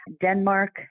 Denmark